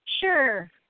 Sure